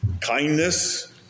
Kindness